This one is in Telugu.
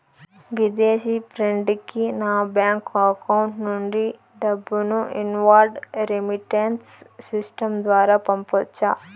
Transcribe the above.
విదేశీ ఫ్రెండ్ కి నా బ్యాంకు అకౌంట్ నుండి డబ్బును ఇన్వార్డ్ రెమిట్టెన్స్ సిస్టం ద్వారా పంపొచ్చా?